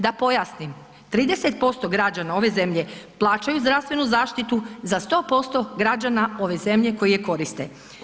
Da pojasnim, 30% građana ove zemlje plaćaju zdravstvenu zaštitu za 100% građana ove zemlje koji je koriste.